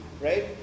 right